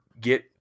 get